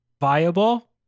viable